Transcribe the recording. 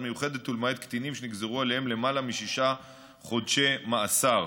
מיוחדת ולמעט קטינים שנגזרו עליהם למעלה משישה חודשי מאסר.